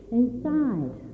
inside